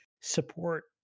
support